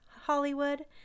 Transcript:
Hollywood